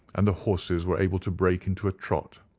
and the horses were able to break into a trot.